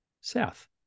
south